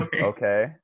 Okay